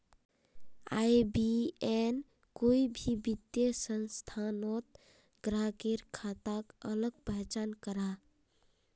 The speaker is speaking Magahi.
आई.बी.ए.एन कोई भी वित्तिय संस्थानोत ग्राह्केर खाताक अलग पहचान कराहा